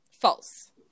False